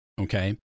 okay